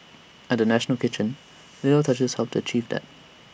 at the national kitchen little touches helped to achieve that